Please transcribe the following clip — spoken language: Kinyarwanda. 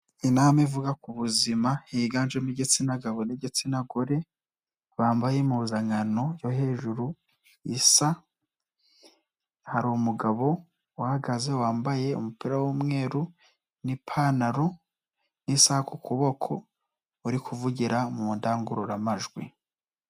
Inama ivuga ku buzima higanjemo igitsina gabo n'igitsina gore bambaye impuzankano yo hejuru isa, hari umugabo uhagaze wambaye umupira w'umweru n'ipantaro n'isaha ku kuboko uri kuvugira mu ndangururamajwi.